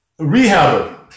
rehabber